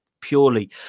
purely